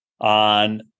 on